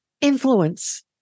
influence